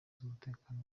z’umutekano